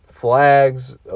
Flags